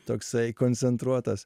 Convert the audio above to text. toksai koncentruotas